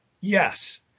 Yes